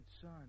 son